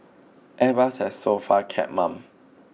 airbus has so far kept mum